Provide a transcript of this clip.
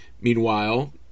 Meanwhile